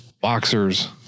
boxers